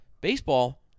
Baseball